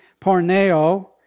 porneo